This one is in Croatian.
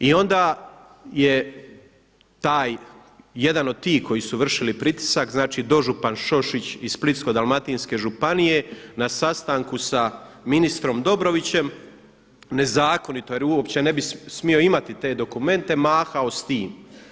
I onda je taj, jedan od tih koji su vršili pritisak, znači dožupan Šošić iz Dalmatinske županije na sastanku sa ministrom Dobrovićem nezakonito jer uopće ne bi smio imati te dokumente mahao s tim.